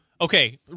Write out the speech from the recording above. okay